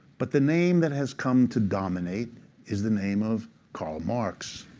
but the name that has come to dominate is the name of karl marx.